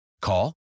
Call